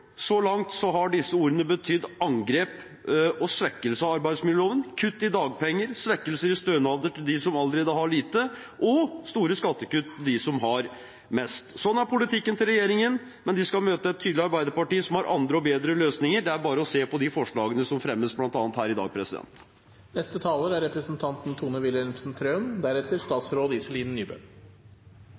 Så langt har disse ordene betydd angrep på og svekkelse av arbeidsmiljøloven, kutt i dagpenger, svekkelser i stønader til dem som allerede har lite, og store skattekutt til dem som har mest. Slik er politikken til regjeringen, men de skal møte et tydelig Arbeiderparti, som har andre og bedre løsninger. Det er bare å se på de forslagene som fremmes bl.a. her i dag.